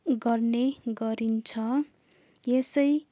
गर्ने गरिन्छ यसै